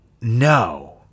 No